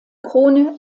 krone